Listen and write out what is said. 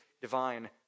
divine